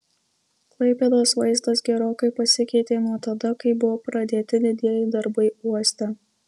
klaipėdos vaizdas gerokai pasikeitė nuo tada kai buvo pradėti didieji darbai uoste